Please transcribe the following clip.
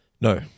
No